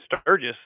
sturgis